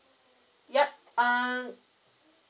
yup err